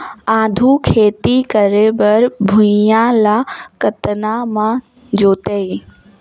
आघु खेती करे बर भुइयां ल कतना म जोतेयं?